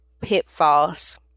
pitfalls